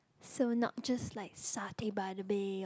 so not just like satay by the bay or